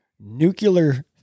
nuclear